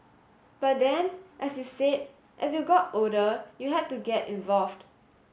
but then as you said as you got older you had to get involved